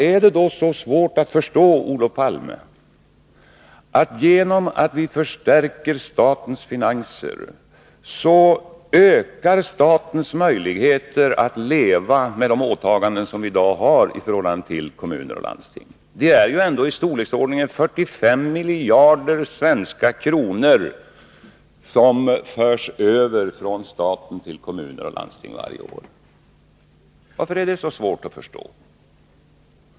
Är det då så svårt att förstå, Olof Palme, att genom att vi förstärker statens finanser, ökar statens möjligheter att leva med de åtaganden som vii dag har i förhållande till kommuner och landsting? Det är ändå ett belopp i storleksordningen 45 miljarder svenska kronor som varje år förs över från staten till kommuner och landsting. Varför är det så svårt att förstå?